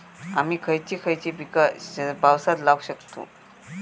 आम्ही खयची खयची पीका पावसात लावक शकतु?